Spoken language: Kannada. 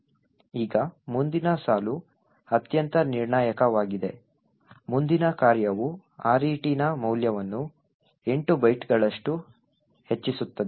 ಈಗ ಮುಂದಿನ ಸಾಲು ಅತ್ಯಂತ ನಿರ್ಣಾಯಕವಾಗಿದೆ ಮುಂದಿನ ಕಾರ್ಯವು RET ನ ಮೌಲ್ಯವನ್ನು 8 ಬೈಟ್ಗಳಷ್ಟು ಹೆಚ್ಚಿಸುತ್ತದೆ